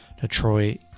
Detroit